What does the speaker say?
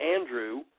Andrew